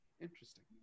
Interesting